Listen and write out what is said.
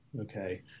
okay